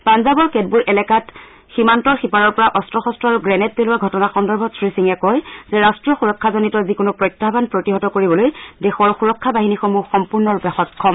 পাঞ্জাৱৰ কেতবোৰ এলেকাত সীমান্তৰ সিপাৰৰ পৰা অস্ত্ৰ শস্ত্ৰ আৰু গ্ৰেণ্ড পেলোৱা ঘটনা সন্দৰ্ভত শ্ৰীসিঙে কয় ৰাষ্টীয় সুৰক্ষাজনিত যিকোনো প্ৰত্যাহান প্ৰতিহত কৰিবলৈ দেশৰ সুৰক্ষা বাহিনী সম্পূৰ্ণৰূপে সক্ষম